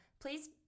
please